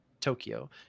tokyo